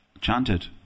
chanted